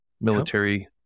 military